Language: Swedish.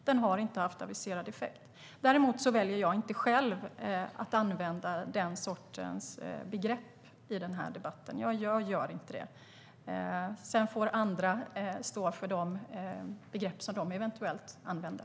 Den har inte haft aviserad effekt. Däremot väljer jag inte själv att använda den sortens begrepp i den här debatten. Jag gör inte det. Sedan får andra stå för de begrepp som de eventuellt använder.